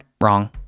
wrong